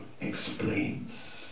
explains